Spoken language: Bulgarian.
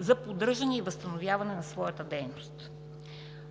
за поддържане и за възстановяване на своята дейност.